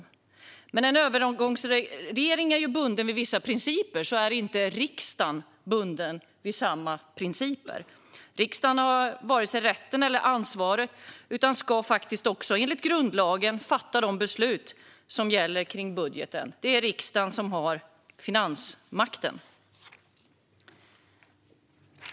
Även om en övergångsregering är bunden vid vissa principer är inte riksdagen bunden vid samma principer. Riksdagen har varken rätten eller ansvaret utan ska enligt grundlagen fatta de beslut som gäller för budgeten. Det är riksdagen som har finansmakten.